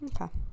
Okay